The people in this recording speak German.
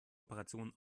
operation